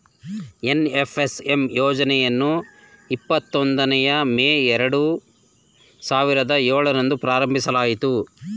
NFSM ಯೋಜನೆಯನ್ನು ಇಪ್ಪತೊಂಬತ್ತನೇಯ May ಎರಡು ಸಾವಿರದ ಏಳರಂದು ಪ್ರಾರಂಭಿಸಲಾಯಿತು